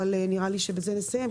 אבל נראה לי שבזה נסיים.